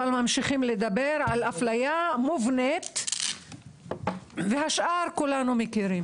ממשיכים לדבר על אפליה מובנית והשאר כולנו מכירים.